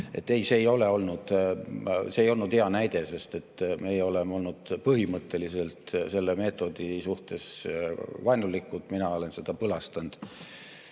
see ei olnud hea näide, sest meie oleme olnud põhimõtteliselt selle meetodi suhtes vaenulikud, mina olen seda lausa põlastanud.